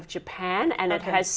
of japan and it has